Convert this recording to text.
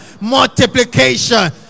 multiplication